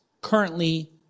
currently